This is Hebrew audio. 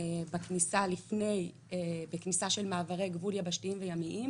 בכניסה של מעברי גבול יבשתיים וימיים.